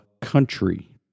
country